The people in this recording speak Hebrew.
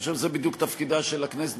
אני חושב שזה בדיוק תפקידה של הכנסת,